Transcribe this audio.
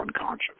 unconscious